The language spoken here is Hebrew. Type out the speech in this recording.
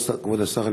כבוד השר,